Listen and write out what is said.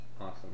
Awesome